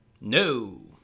no